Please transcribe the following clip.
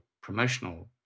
promotional